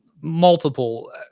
multiple